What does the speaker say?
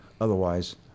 Otherwise